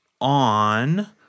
on